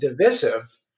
divisive